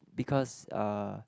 because uh